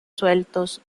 sueltos